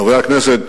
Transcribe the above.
חברי הכנסת,